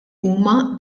huma